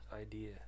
idea